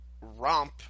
romp